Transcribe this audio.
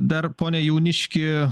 dar pone jauniški